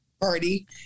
party